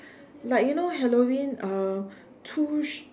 like you know Halloween uh two sh~